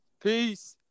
Peace